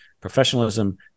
professionalism